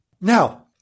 Now